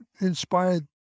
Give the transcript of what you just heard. inspired